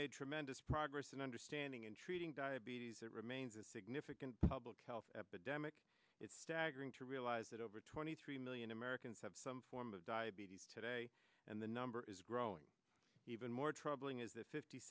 made tremendous progress in understanding and treating diabetes it remains a significant public health epidemic it's staggering to realize that over twenty three million americans have some form of diabetes today and the number is growing even more troubling is that fifty